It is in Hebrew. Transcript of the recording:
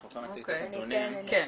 אני אציג קצת נתונים.